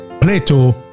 Plato